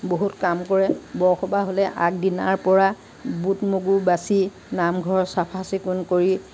বহুত কাম কৰে বৰসভা হ'লে আগদিনাৰ পৰা বুট মগু বাচি নামঘৰ চাফা চিকুণ কৰি